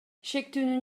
шектүүнүн